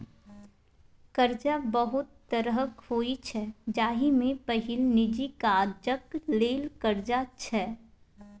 करजा बहुत तरहक होइ छै जाहि मे पहिल निजी काजक लेल करजा छै